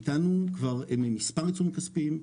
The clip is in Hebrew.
היטלנו כבר מספר עיצומים כספיים,